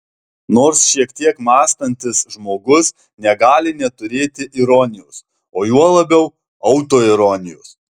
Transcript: nors šiek tiek mąstantis žmogus negali neturėti ironijos o juo labiau autoironijos